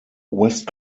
west